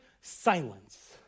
silence